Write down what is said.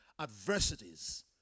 adversities